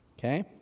Okay